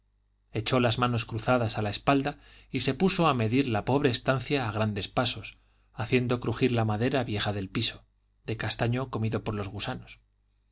echó las manos cruzadas a la espalda y se puso a medir la pobre estancia a grandes pasos haciendo crujir la madera vieja del piso de castaño comido por los gusanos